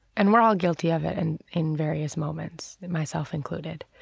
and we're all guilty of it and in various moments, myself included.